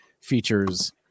features